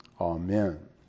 Amen